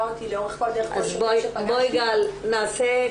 אותי לאורך כל הדרך --- אני יודעת שאת